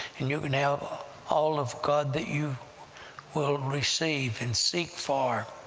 and you can have all of god that you will receive and seek for.